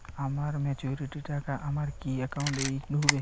আমার ম্যাচুরিটির টাকা আমার কি অ্যাকাউন্ট এই ঢুকবে?